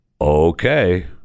okay